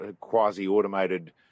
quasi-automated